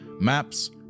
maps